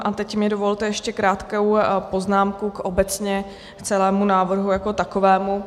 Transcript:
A teď mi dovolte ještě krátkou poznámku obecně k celému návrhu jako takovému.